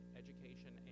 education